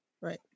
right